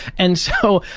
and so,